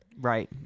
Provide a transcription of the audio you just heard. Right